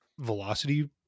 velocity